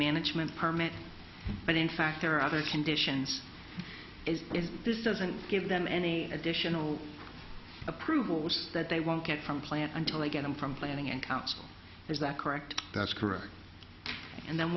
management permit and in fact there are other conditions is if this doesn't give them any additional approvals that they won't get from plant until they get them from planning and council is that correct that's correct and then